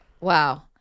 Wow